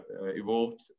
evolved